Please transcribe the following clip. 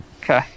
Okay